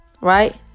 Right